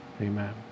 Amen